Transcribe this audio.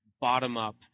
bottom-up